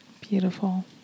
Beautiful